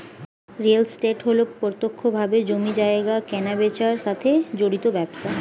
real estate হল প্রত্যক্ষভাবে জমি জায়গা কেনাবেচার সাথে জড়িত ব্যবসা